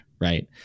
right